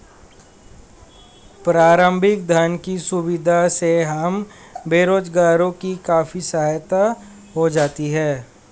प्रारंभिक धन की सुविधा से हम बेरोजगारों की काफी सहायता हो जाती है